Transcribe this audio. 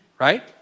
right